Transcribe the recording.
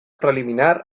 preliminar